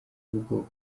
bwoko